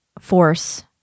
force